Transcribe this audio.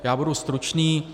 Já budu stručný.